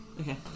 Okay